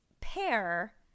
pair